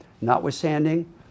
Notwithstanding